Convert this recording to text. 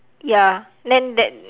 ya then that